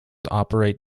operate